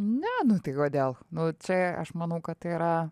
ne nu tai kodėl nu čia aš manau kad tai yra